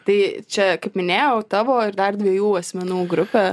tai čia kaip minėjau tavo ir dar dviejų asmenų grupė